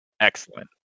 Excellent